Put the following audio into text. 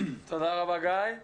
תודה רבה גיא.